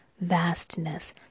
vastness